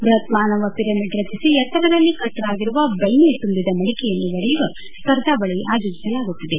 ಬೃಹತ್ ಮಾನವ ಪಿರಮಿಡ್ ರಚಿಸಿ ಎತ್ತರದಲ್ಲಿ ಕಟ್ಟಲಾಗಿರುವ ಬೆಣ್ಣೆ ತುಂಬಿದ ಮಡಿಕೆಯನ್ನು ಒಡೆಯುವ ಸ್ಪರ್ಧಾವಳಿ ಆಯೋಜಿಸಲಾಗುತ್ತಿದೆ